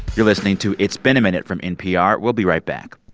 you're listening to it's been a minute from npr. we'll be right back